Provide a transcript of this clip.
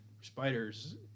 spiders